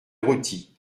rôti